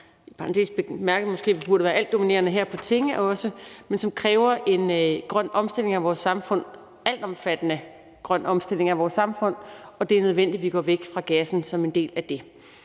samfund – en altomfattende grøn omstilling af vores samfund – og det er nødvendigt, at vi går væk fra gassen som en del af det.